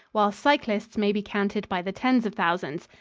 while cyclists may be counted by the tens of thousands.